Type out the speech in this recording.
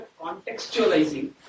contextualizing